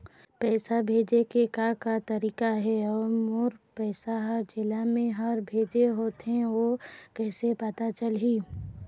पैसा भेजे के का का तरीका हे अऊ मोर पैसा हर जेला मैं हर भेजे होथे ओ कैसे पता चलही?